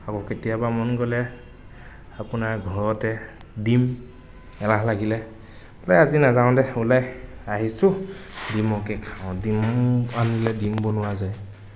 খাব কেতিয়াবা মন গ'লে আপোনাৰ ঘৰতে ডিম এলাহ লাগিলে বা আজি নাযাও দে ওলাই আহিছোঁ ডিমকে খাওঁ দে ডিম আনিলে ডিম বনোৱা যায়